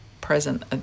present